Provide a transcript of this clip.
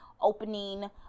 opening